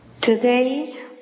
Today